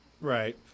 Right